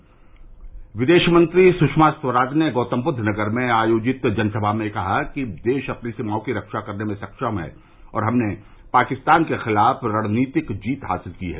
इस बीच विदेश मंत्री सुषमा स्वराज ने गौतमबुद्वनगर में अयोजित जनसभा में कहा कि देश अपनी सीमाओं की रक्षा करने में सक्षम है और हमने पाकिस्तान के खिलाफ रणनीतिक जीत हासिल की है